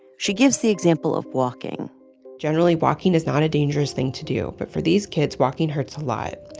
she gives the example of walking generally, walking is not a dangerous thing to do. but for these kids, walking hurts a lot.